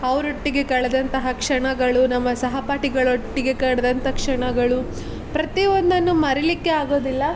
ಅವರೊಟ್ಟಿಗೆ ಕಳೆದಂತಹ ಕ್ಷಣಗಳು ನಮ್ಮ ಸಹಪಾಠಿಗಳೊಟ್ಟಿಗೆ ಕಳ್ದಂತ ಕ್ಷಣಗಳು ಪ್ರತಿಯೊಂದನ್ನು ಮರೀಲಿಕ್ಕೆ ಆಗೋದಿಲ್ಲ